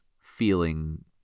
feeling